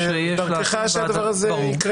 ושהדבר הזה יקרה דרכך.